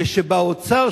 כשבאוצר,